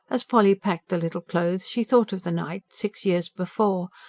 as polly packed the little clothes, she thought of the night, six years before,